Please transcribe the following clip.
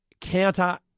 counter